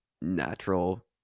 natural